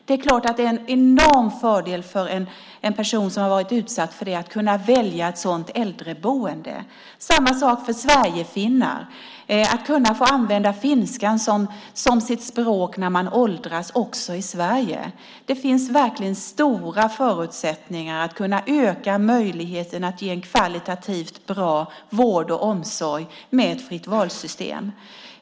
Det är klart att det är en enorm fördel för en person som har varit utsatt för den att kunna välja ett sådant äldreboende. Detsamma gäller för sverigefinnar - att kunna få använda finskan som sitt språk när man åldras också i Sverige. Det finns verkligen stora förutsättningar för att öka möjligheten att ge en kvalitativt bra vård och omsorg med ett fritt val-system.